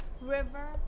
River